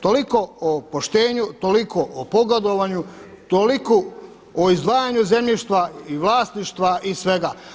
Toliko o poštenju, toliko o pogodovanju, toliko o izdvajanju zemljišta i vlasništva i svega.